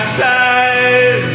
side